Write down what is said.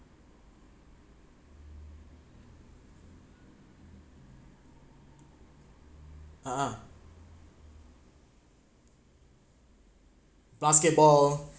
uh basketball